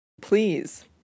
please